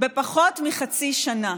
פחות מחצי שנה.